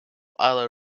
other